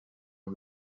few